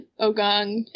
Ogong